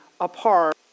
apart